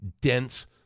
dense